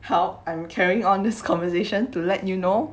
how I'm carrying on this conversation to let you know